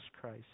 Christ